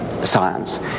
Science